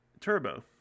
Turbo